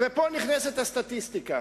ופה נכנסת הסטטיסטיקה.